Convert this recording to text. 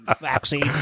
vaccines